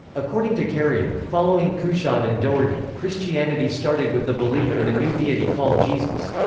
according to carrier, following couchoud and doherty, christianity started with the belief in a new deity called jesus,